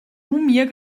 mir